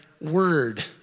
word